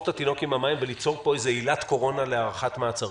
את התינוק עם המים וניצור פה איזו עילת קורונה להארכת מעצרים.